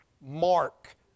Mark